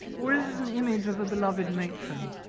or is this an image of a beloved matron?